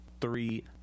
three